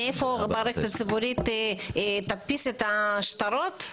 מאיפה המערכת הציבורית תדפיס את השטרות?